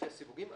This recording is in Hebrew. לפי הסיווגים,